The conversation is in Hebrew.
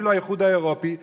ואפילו באיחוד האירופי,